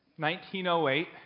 1908